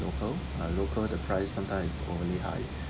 local uh local the price sometimes is overly high